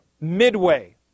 midway